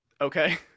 okay